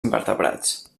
invertebrats